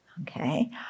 Okay